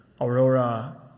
Aurora